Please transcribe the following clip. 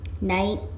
night